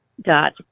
dot